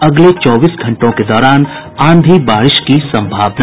अगले चौबीस घंटों के दौरान आंधी बारिश की संभावना